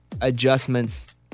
adjustments